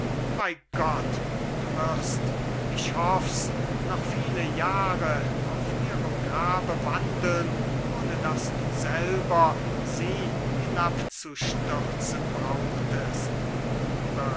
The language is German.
bei gott du wirst ich hoff's noch viele jahre auf ihrem grabe wandeln ohne daß du selber sie hinabzustürzen brauchtest